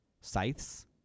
Scythes